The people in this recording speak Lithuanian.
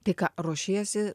tai ką ruošiesi